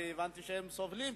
כי הבנתי שהם סובלים,